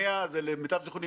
למיטב זכרוני,